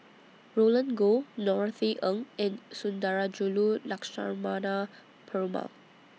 Roland Goh Norothy Ng and Sundarajulu Lakshmana Perumal